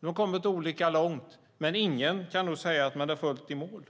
De har kommit olika långt, men ingen kan ska att de är fullt i mål.